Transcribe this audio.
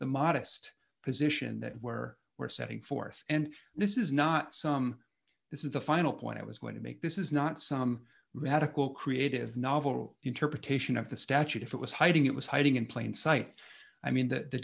the modest position that where we're setting forth and this is not some this is the final point i was going to make this is not some radical creative novel interpretation of the statute if it was hiding it was hiding in plain sight i mean that the